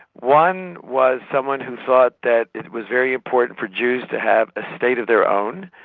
one was someone who thought that it was very important for jews to have a state of their own.